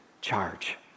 charge